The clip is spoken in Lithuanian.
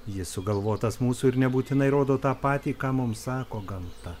jis sugalvotas mūsų ir nebūtinai rodo tą patį ką mums sako gamta